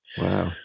Wow